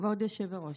כבוד היושב-ראש,